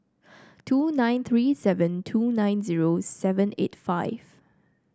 two nine three seven two nine zero seven eight five